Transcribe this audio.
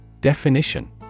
Definition